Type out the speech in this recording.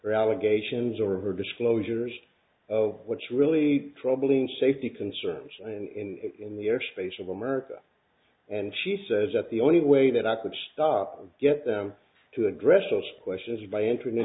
her allegations or her disclosures of what's really troubling safety concerns in the airspace of america and she says that the only way that i could stop and get them to address those questions by introducing